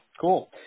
Cool